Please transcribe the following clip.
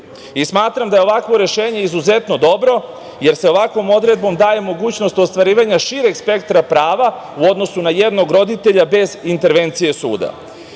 penziju. Smatram da je ovakvo rešenje izuzetno dobro, jer se ovakvom odredbom daje mogućnost ostvarivanja šireg spektra prava, u odnosu na jednog roditelja bez intervencije